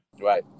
Right